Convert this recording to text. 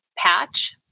patch